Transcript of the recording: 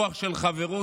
רוח של חברות,